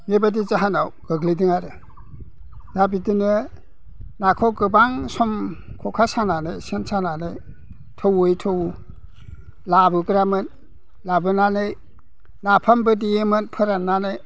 बेबायदि जाहोनाव गोग्लैदों आरो दा बिदिनो नाखौ गोबां सम खखा सानानै सेन सानानै थौयै थौयै लाबोग्रामोन लाबोनानै नाफाम बादि देयो फोराननानै